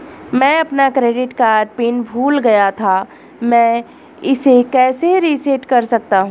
मैं अपना credit card PIN भूल गया था मैं इसे कैसे रीसेट कर सकता हूँ?